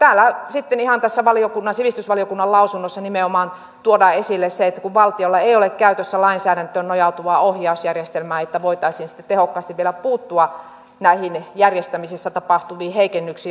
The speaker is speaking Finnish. täällä sitten ihan tässä sivistysvaliokunnan lausunnossa nimenomaan tuodaan esille se että valtiolla ei ole käytössä lainsäädäntöön nojautuvaa ohjausjärjestelmää niin että voitaisiin tehokkaasti vielä puuttua näihin järjestämisissä tapahtuviin heikennyksiin opetuspalveluissa